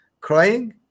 crying